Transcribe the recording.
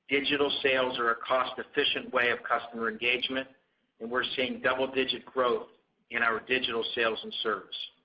digital sales are a cost efficient way of customer engagement and we're seeing double digit growth in our digital sales and service.